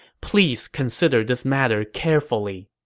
please consider this matter carefully.